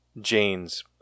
Jane's